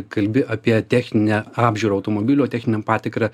kalbi apie techninę apžiūrą automobilio techninę patikrą